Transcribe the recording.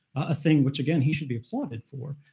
a thing which, again, he should be applauded for.